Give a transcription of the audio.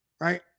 right